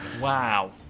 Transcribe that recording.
Wow